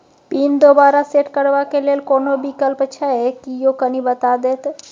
Pin दोबारा set करबा के लेल कोनो विकल्प छै की यो कनी बता देत?